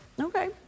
Okay